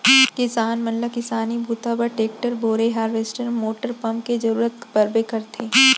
किसान मन ल किसानी बूता बर टेक्टर, बोरए हारवेस्टर मोटर पंप के जरूरत परबे करथे